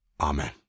Amen